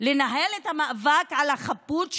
לנהל את המאבק על החפות שלו?